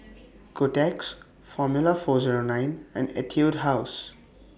Kotex Formula four Zero nine and Etude House